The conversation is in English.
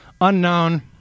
Unknown